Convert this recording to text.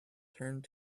turned